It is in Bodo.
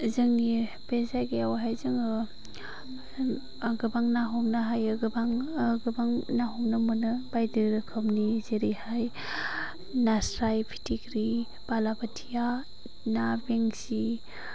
जोंनि बे जायगायावहाय जोङो गोबां ना हमनो हायो गोबां गोबां ना हमनो मोनो बायदि रोखोमनि जेरैहाय नास्राय फिथिख्रि बालाबोथिया ना बेंसि